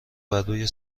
بروی